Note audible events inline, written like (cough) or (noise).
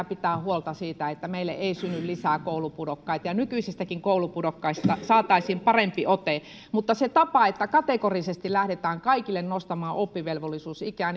(unintelligible) pitää huolta siitä että meille ei synny lisää koulupudokkaita ja nykyisistäkin koulupudokkaista saataisiin parempi ote mutta se tapa että kategorisesti lähdetään kaikille nostamaan oppivelvollisuusikää (unintelligible)